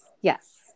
yes